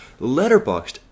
Letterboxed